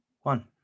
one